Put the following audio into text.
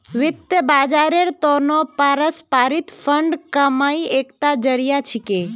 वित्त बाजारेर त न पारस्परिक फंड कमाईर एकता जरिया छिके